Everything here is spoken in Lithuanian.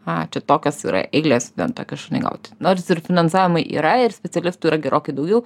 a čia tokios yra eilės vien tokį šunį gauti nors ir finansavimai yra ir specialistų yra gerokai daugiau